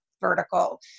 vertical